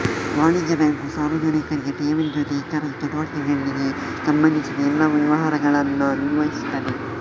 ವಾಣಿಜ್ಯ ಬ್ಯಾಂಕು ಸಾರ್ವಜನಿಕರಿಗೆ ಠೇವಣಿ ಜೊತೆಗೆ ಇತರ ಚಟುವಟಿಕೆಗಳಿಗೆ ಸಂಬಂಧಿಸಿದ ಎಲ್ಲಾ ವ್ಯವಹಾರಗಳನ್ನ ನಿರ್ವಹಿಸ್ತದೆ